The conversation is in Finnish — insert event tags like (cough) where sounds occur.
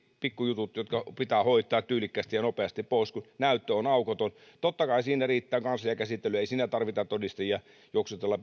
pikku jutut pitää hoitaa tyylikkäästi ja nopeasti pois kun näyttö on aukoton totta kai siinä riittää kansliakäsittely ei siinä tarvitse todistajia juoksuttaa (unintelligible)